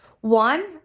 One